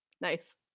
Nice